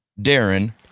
Darren